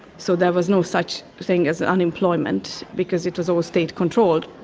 so there was no such thing as unemployment because it was all state-controlled.